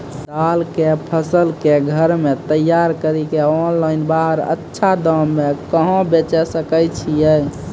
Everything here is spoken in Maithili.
दाल के फसल के घर मे तैयार कड़ी के ऑनलाइन बाहर अच्छा दाम मे कहाँ बेचे सकय छियै?